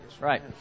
right